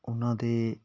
ਉਹਨਾਂ ਦੇ